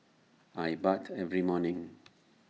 I bathe every morning